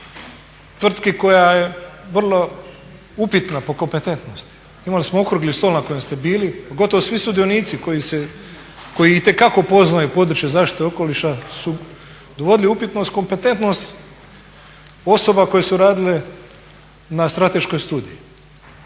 tvrtki koja je vrlo upitna po kompetentnosti. Imali smo okrugli stol na kojem ste bili. Gotovo svi sudionici koji se, koji itekako poznaju područje zaštite okoliša su dovodili u upitnost kompetentnost osobe koje su radile na strateškoj studiji.